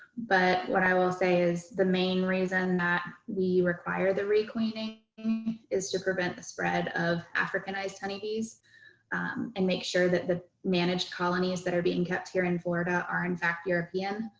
but what i will say is the main reason that we require the re-queening is to prevent the spread of africanized honeybees and make sure that the managed colonies that are being kept here in florida are in fact european.